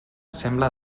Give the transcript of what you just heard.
sembla